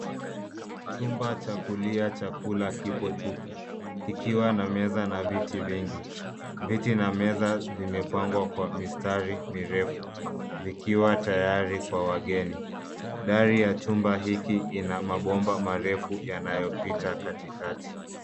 Chumba cha kulia chakula kipo tupu, kikiwa na meza na viti vingi. Viti na meza vimepangwa kwa mistari mirefu, vikiwa tayari kwa wageni. Dari ya chumba hiki ina mabomba marefu yanayopita katikati.